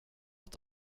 att